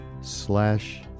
slash